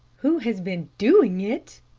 who has been doing it?